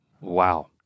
wow